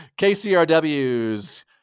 KCRW's